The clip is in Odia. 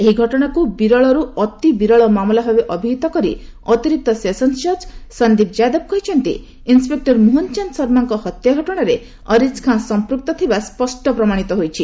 ଏହି ଘଟଣାକୁ ବିରଳରୁ ଅତିବିରଳ ମାମଲା ଭାବେ ଅଭିହିତ କରି ଅତିରିକ୍ତ ସେସନ୍ ଜଜ୍ ସନ୍ଦୀପ ଯାଦବ କହିଛନ୍ତି ଏଥିରେ ଇନ୍ନପେକ୍ର ମୋହନ ଚାନ୍ଦ ଶର୍ମାଙ୍କ ହତ୍ୟା ଘଟଣାରେ ଅରିଜ ଖାଁ ସଂପୂକ୍ତ ଥିବା ସ୍ୱଷ୍ଟ ପ୍ରମାଣିତ ହୋଇଛି